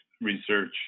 research